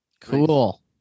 Cool